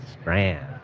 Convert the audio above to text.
Strand